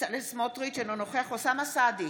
בצלאל סמוטריץ' אינו נוכח אוסאמה סעדי,